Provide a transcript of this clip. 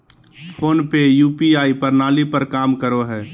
phone पे UPI प्रणाली पर काम करो हय